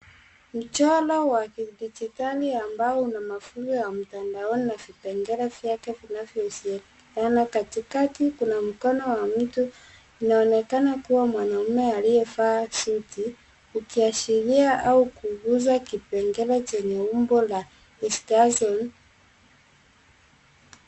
Michoro wa kidijitali ambao una mafunzo ya mtandaoni na vipengela vyake vinavyohusiana. Katikati kuna mkono wa mtu, inaonekana kuwa mwanamume aliyevaa suti, ukiashiria au kuguza kipengela chenye umbo la hexagon .